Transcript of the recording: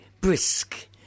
brisk